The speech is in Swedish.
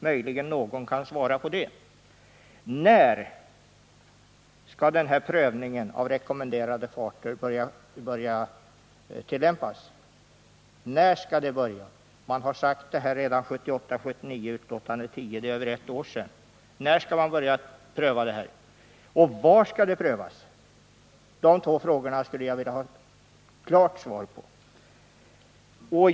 Någon kan möjligen svara på dem. När skall den här prövningen av rekommenderade farter ske? Man har talat om den här prövningen redan i betänkande 1978/79:10 — det är över ett år sedan. När skall alltså den här prövningen börja? Och var skall den ske? De två frågorna skulle jag vilja ha ett klart svar på.